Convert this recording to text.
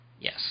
Yes